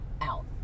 out